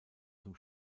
zum